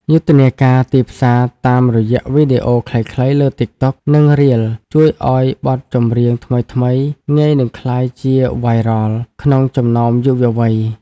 យុទ្ធនាការទីផ្សារតាមរយៈវីដេអូខ្លីៗលើ TikTok និង Reels ជួយឱ្យបទចម្រៀងថ្មីៗងាយនឹងក្លាយជា "Viral" ក្នុងចំណោមយុវវ័យ។